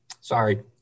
sorry